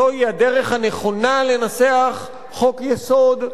זוהי הדרך הנכונה לנסח חוק-יסוד,